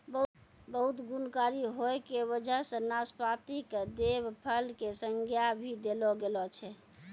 बहुत गुणकारी होय के वजह सॅ नाशपाती कॅ देव फल के संज्ञा भी देलो गेलो छै